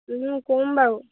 কম বাউ